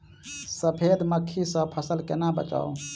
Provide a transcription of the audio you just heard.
सफेद मक्खी सँ फसल केना बचाऊ?